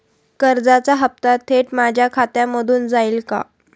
कर्जाचा हप्ता थेट माझ्या खात्यामधून जाईल का?